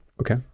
okay